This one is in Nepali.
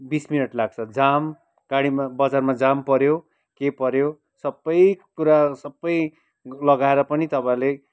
बिस मिनट लाग्छ जाम गाडीमा बजारमा जाम पऱ्यो के पऱ्यो सबै कुरा सबै लगाएर पनि तपाईँहरूले